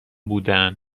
بودن